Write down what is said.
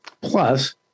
Plus